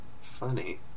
funny